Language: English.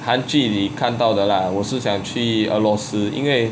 韩剧里看到的 lah 我是想去俄罗斯因为